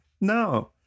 No